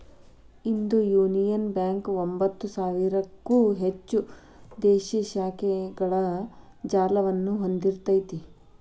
ಇಂದು union bank ಒಂಭತ್ತು ಸಾವಿರಕ್ಕೂ ಹೆಚ್ಚು ದೇಶೇ ಶಾಖೆಗಳ ಜಾಲವನ್ನ ಹೊಂದಿಇರ್ತೆತಿ